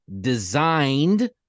designed